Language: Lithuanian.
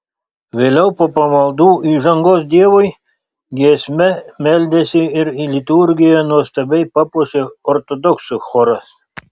vėliau po pamaldų įžangos dievui giesme meldėsi ir liturgiją nuostabiai papuošė ortodoksų choras